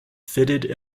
fitted